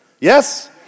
Yes